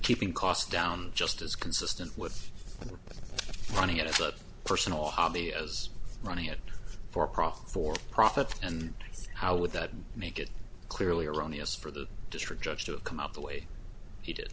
keeping costs down just as consistent with running it as a personal hobby as running it for profit for profit and how would that make it clearly erroneous for the district judge to come up the way he did